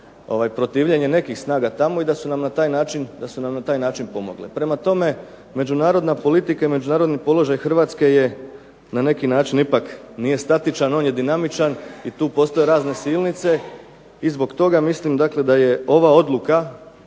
protivljenje nekih snaga tamo i da su nam na taj način pomogli. Prema tome, međunarodna politika i međunarodni položaj Hrvatske na neki način nije ipak statičan, on je dinamičan i tu postoje razne silnice. I zbog toga mislim da je ova odluka